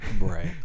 Right